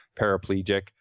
paraplegic